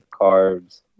carbs